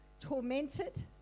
tormented